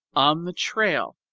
on the trail,